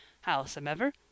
Howsomever